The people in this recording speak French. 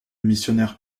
missionnaire